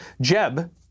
Jeb